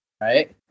right